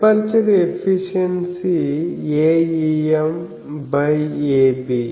aperture efficiency Aem Ab